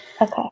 Okay